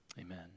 amen